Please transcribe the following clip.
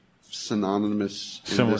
synonymous